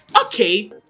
okay